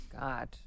God